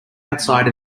outside